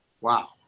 Wow